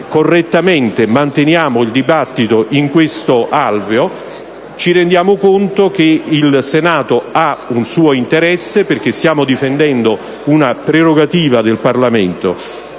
noi correttamente manteniamo il dibattito in questo alveo, ci rendiamo conto che il Senato ha un suo interesse, perché stiamo difendendo una prerogativa del Parlamento.